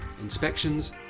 inspections